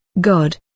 God